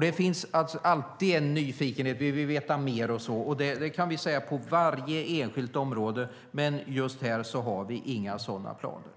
Det finns alltid en nyfikenhet - vi vill veta mer, och det kan vi säga på varje enskilt område. Men just här har vi inga sådana planer.